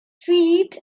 philip